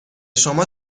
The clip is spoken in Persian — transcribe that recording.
شما